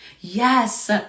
Yes